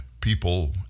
people